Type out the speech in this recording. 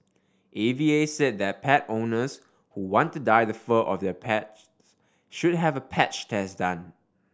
A V A said that pet owners who want to dye the fur of their pets should have a patch test done